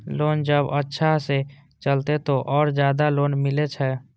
Loan जब अच्छा से चलेबे तो और ज्यादा लोन मिले छै?